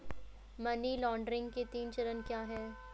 Money laundering के तीन चरण क्या हैं?